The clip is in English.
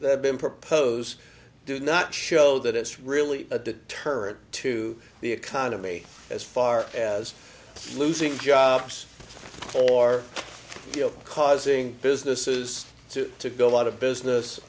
have been proposed do not show that it's really a deterrent to the economy as far as losing jobs or you know causing businesses to go out of business